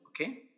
Okay